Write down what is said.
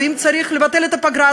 ואם צריך לבטל את הפגרה,